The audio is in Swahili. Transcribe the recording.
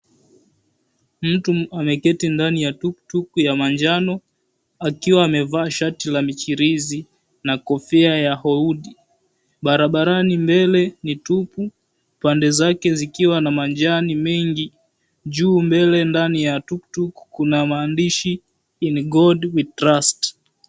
Mtu ameketi ndani ya tuktuk ya manjano akiwa amevaa shati la michirizi na kofia ya houti, barabarani mbele ni tupu pande zake zikiwa na majani mengi ju mbele ndani ya tuktuk kuna maandishi In God We Trust .